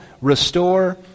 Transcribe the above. restore